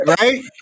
right